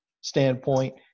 standpoint